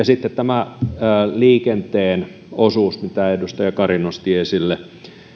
sitten tämä liikenteen osuus mitä edustaja kari nosti esille